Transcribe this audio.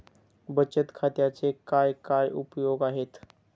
बचत खात्याचे काय काय उपयोग आहेत?